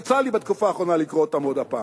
יצא לי בתקופה האחרונה לקרוא אותם עוד פעם,